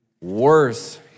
worse